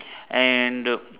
and the